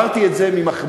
אמרתי את זה כמחמאה.